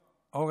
עציון.